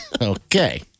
Okay